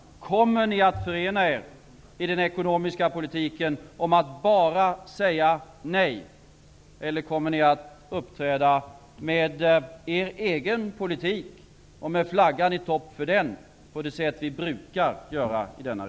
Kommer ni att förena er i den ekonomiska politiken om att bara säga nej, eller kommer ni att uppträda med er egen politik och med flaggan i topp för den på det sätt som vi brukar göra i riksdagen?